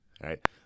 right